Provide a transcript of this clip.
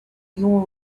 your